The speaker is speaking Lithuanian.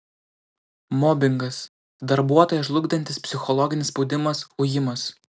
mobingas darbuotoją žlugdantis psichologinis spaudimas ujimas